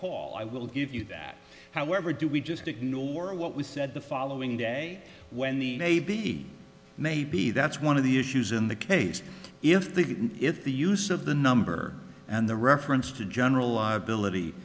call i will give you that however do we just ignore what was said the following day when the may be may be that's one of the issues in the case if they didn't if the use of the number and the reference to general liability